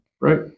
right